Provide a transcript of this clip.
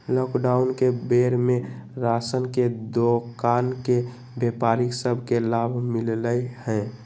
lockdown के बेर में राशन के दोकान के व्यापारि सभ के लाभ मिललइ ह